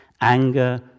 Anger